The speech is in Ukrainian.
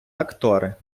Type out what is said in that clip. актори